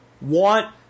want